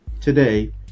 today